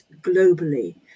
globally